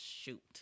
shoot